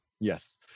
Yes